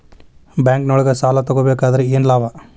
ಬ್ಯಾಂಕ್ನೊಳಗ್ ಸಾಲ ತಗೊಬೇಕಾದ್ರೆ ಏನ್ ಲಾಭ?